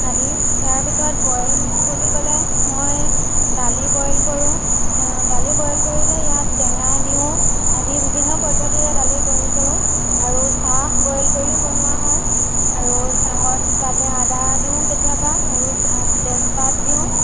আদি ইয়াৰ ভিতৰত বইল বুলি ক'লে মই দালি বইল কৰোঁ দালি বইল কৰিলে ইয়াত টেঙা দিওঁ আদি বিভিন্ন পদ্ধতিৰে দালি বইল কৰোঁ আৰু চাহ বইল কৰি বনোৱা হয় আৰু চাহত তাতে আদা দিওঁ কেতিয়াবা আৰু চাহ তেজপাত দিওঁ